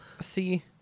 See